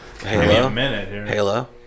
Halo